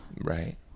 Right